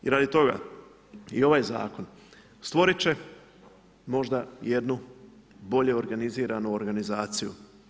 I radi toga i ovaj zakon stvoriti će možda jednu bolje organiziranu organizaciju.